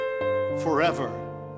forever